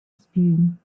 spume